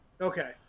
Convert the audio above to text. Okay